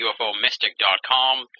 ufomystic.com